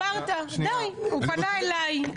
אליי.